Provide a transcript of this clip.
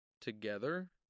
together